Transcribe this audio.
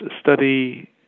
study